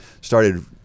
started